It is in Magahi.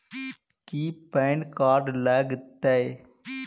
की पैन कार्ड लग तै?